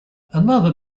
another